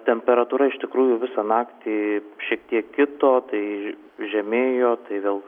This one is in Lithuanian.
temperatūra iš tikrųjų visą naktį šitiek kito tai žemėjo tai vėl